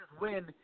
win